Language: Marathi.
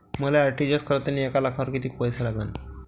मले आर.टी.जी.एस करतांनी एक लाखावर कितीक पैसे लागन?